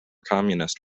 communist